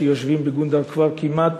שיושבים בגונדר כבר כמעט